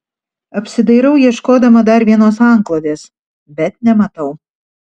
apsidairau ieškodama dar vienos antklodės bet nematau